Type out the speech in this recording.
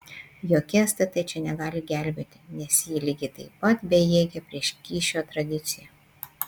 jokia stt čia negali gelbėti nes ji lygiai taip pat bejėgė prieš kyšio tradiciją